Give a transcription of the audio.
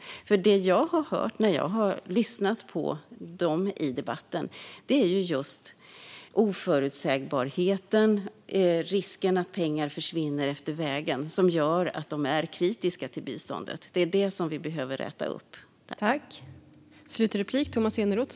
Det jag har hört när jag har lyssnat på dem i debatten är just att det är oförutsägbarheten och risken att pengar försvinner längs vägen som gör att de är kritiska till biståndet. Detta behöver vi rätta till.